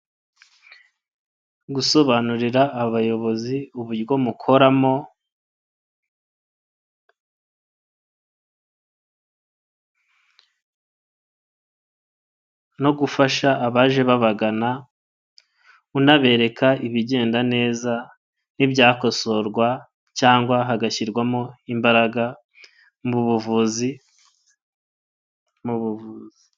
Gusobanurira abayobozi uburyo mukoramo, no gufasha abaje babagana, unabereka ibigenda neza, n'ibyakosorwa cyangwa hagashyirwamo imbaraga mu buvuzi, mu buvuzi.